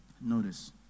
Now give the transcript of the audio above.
Notice